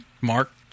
Mark